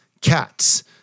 cats